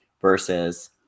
versus